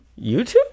YouTube